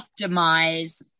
optimize